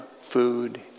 food